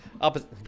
Opposite